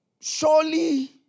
surely